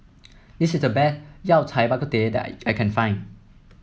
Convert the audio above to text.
this is the Yao Cai Bak Kut Teh that I I can find